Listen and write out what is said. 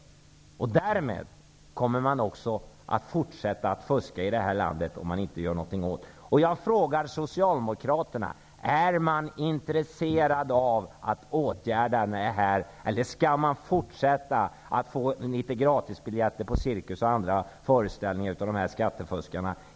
Därmed kommer människor i det här landet också att fortsätta att fuska, om ingenting görs. Jag frågar Socialdemokraterna: Är ni intresserade av att åtgärda detta eller skall ni fortsätta att få litet gratisbiljetter på cirkus och andra föreställningar av dessa skattefuskare?